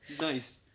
Nice